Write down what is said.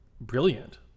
brilliant